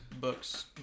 books